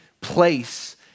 place